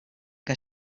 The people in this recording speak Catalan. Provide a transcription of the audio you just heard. que